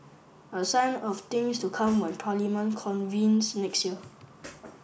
a sign of things to come when Parliament convenes next year